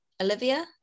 Olivia